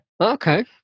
Okay